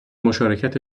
مشارکت